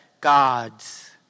God's